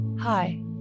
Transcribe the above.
Hi